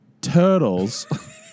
turtles